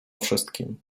wszystkim